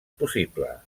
possible